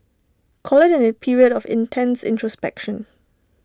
call IT A period of intense introspection